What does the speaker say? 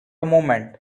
moment